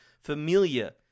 Familia